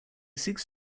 seeks